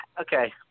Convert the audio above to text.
Okay